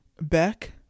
Beck